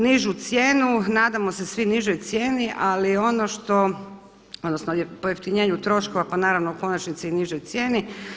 Nižu cijenu, nadamo se svi nižoj cijeni ali ono što, odnosno pojeftinjenju troškova, pa naravno u konačnici i nižoj cijeni.